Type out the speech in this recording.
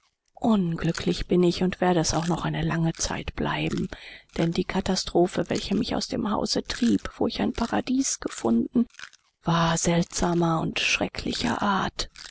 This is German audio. unglücklich bin ich und werde es auch noch eine lange zeit bleiben denn die katastrophe welche mich aus dem hause trieb wo ich ein paradies gefunden war seltsamer und schrecklicher art